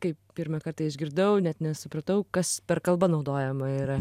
kai pirmą kartą išgirdau net nesupratau kas per kalba naudojama yra